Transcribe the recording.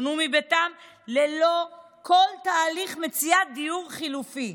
והן פונו מביתן ללא כל תהליך מציאת דיור חלופי.